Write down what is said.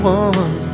one